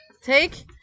Take